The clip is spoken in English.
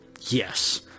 Yes